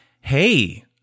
hey